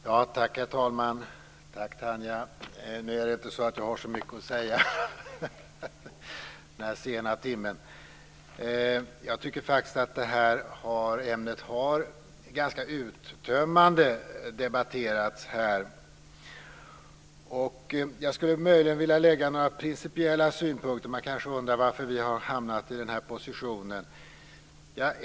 Herr talman! Tack, Tanja! Nu är det inte så att jag har så mycket att säga i den här sena timmen. Jag tycker att det här ämnet ganska uttömmande har debatterats här. Jag skulle möjligen vilja lägga några principiella synpunkter. Man kanske undrar varför vi har hamnat i den här positionen.